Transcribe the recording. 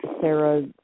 Sarah